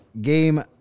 game